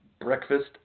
breakfast